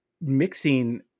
mixing